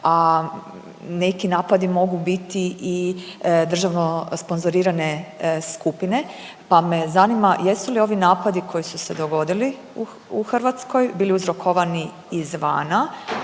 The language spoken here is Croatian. a neki napadi mogu biti i državno sponzorirane skupine, pa me zanima jesu li ovi napadi koji su se dogodili u Hrvatskoj bili uzrokovani izvana